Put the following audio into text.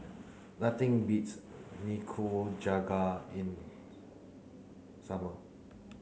nothing beats Nikujaga in summer